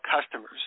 customers